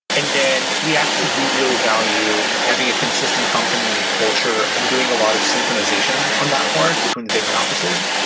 and then we actually do really value having a consistent company culture and doing a lot of synchronization on that part between the different offices.